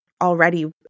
already